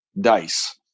dice